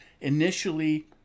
initially